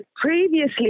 previously